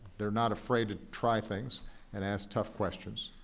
they're not afraid to try things and ask tough questions.